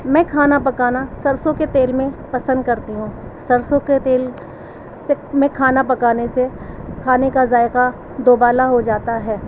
میں کھانا پکانا سرسوں کے تیل میں پسند کرتی ہوں سرسوں کے تیل میں کھانا پکانے سے کھانے کا ذائقہ دوبالا ہو جاتا ہے